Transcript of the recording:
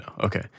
Okay